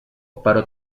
però